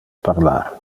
parlar